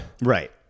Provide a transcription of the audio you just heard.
Right